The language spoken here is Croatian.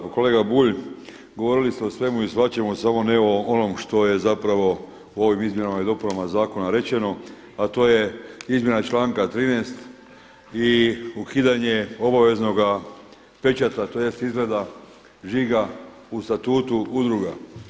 Pa kolega Bulj, govorili ste o svemu i svačemu samo ne o onom što je zapravo u ovim izmjenama i dopunama Zakona rečeno, a to je izmjena članka 13. i ukidanje obaveznoga pečata, tj. izrada žiga u Statutu udruga.